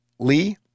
lee